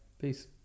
Peace